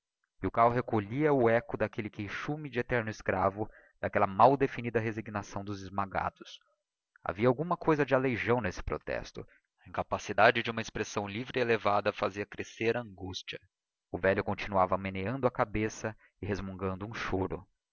echo d'aquelle queixume de eterno escravo d'aquella mal definida resignação dos esmagados havia alguma coisa de aleijão n'esse protesto e a incapacidade de uma expressão livre e elevada fazia crescer a angustia o velho continuava meneando a cabeça e resmungando um choro